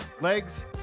Legs